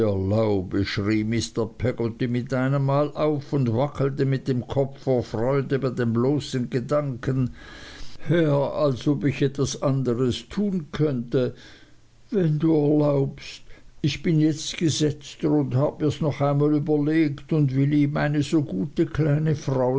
mit einemmal auf und wackelte mit dem kopf vor freude bei dem bloßen gedanken herr als ob ich etwas anderes tun könnte wenn du erlaubst ich bin jetzt gesetzter und hab mirs noch einmal überlegt und will ihm eine so gute kleine frau